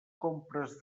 compres